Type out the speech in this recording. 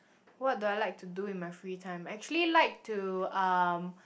what do I like to do in my free time I actually like to um